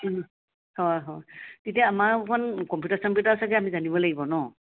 হয় হয় তেতিয়া আমাৰো অকণমান কম্পিউটাৰ চম্পিউটাৰ চাগৈ আমি জানিব লাগিব ন